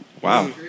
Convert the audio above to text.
Wow